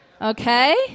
Okay